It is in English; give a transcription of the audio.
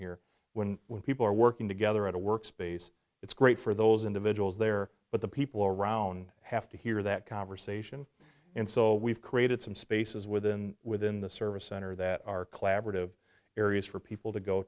here when when people are working together at a workspace it's great for those individuals there but the people around have to hear that conversation and so we've created some spaces within within the service center that are collaborative areas for people to go